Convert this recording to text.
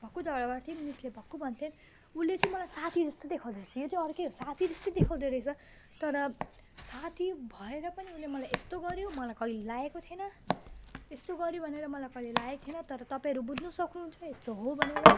भक्कु झगडा गर्थ्यौँ मिसले भक्कु भन्थे उसले चाहिँ मलाई साथी जस्तो देखाउँदोरहेछ यो चाहिँ अर्कै हो साथी जस्तै देखाउँदोरहेछ तर साथी भएर पनि उसले मलाई यस्तो गऱ्यो मलाई कहिले लागेको थिएन यस्तो गऱ्यो भनेर मलाई कहिले लागेको थिएन तर तपाईँहरू बुझ्न सक्नुहुन्छ यस्तो हो भनेर